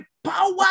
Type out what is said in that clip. Power